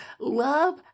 Love